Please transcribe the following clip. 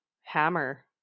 hammer